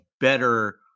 better